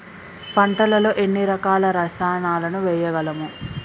పంటలలో ఎన్ని రకాల రసాయనాలను వేయగలము?